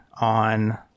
on